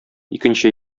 икенче